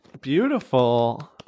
Beautiful